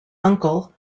uncle